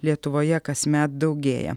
lietuvoje kasmet daugėja